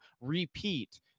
repeat